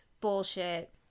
bullshit